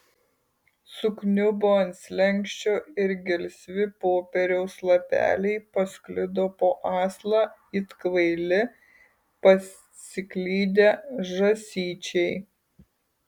sukniubo ant slenksčio ir gelsvi popieriaus lapeliai pasklido po aslą it kvaili pasiklydę žąsyčiai